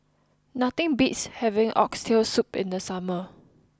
nothing beats having Oxtail Soup in the summer